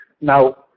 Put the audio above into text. Now